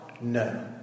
No